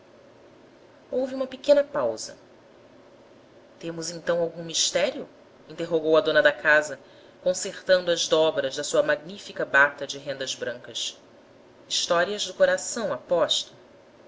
houve uma pequena pausa temos então algum mistério interrogou a dona da casa consertando as dobras da sua magnífica bata de rendas brancas histórias do coração aposto